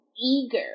eager